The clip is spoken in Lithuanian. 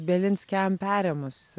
bielinskiam perėmus